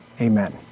amen